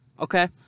okay